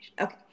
Okay